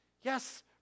Yes